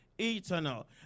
eternal